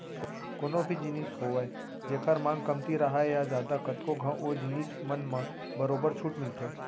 कोनो भी जिनिस होवय जेखर मांग कमती राहय या जादा कतको घंव ओ जिनिस मन म बरोबर छूट मिलथे